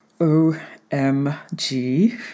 O-M-G